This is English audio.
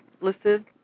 listed